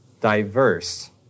diverse